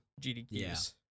GDQs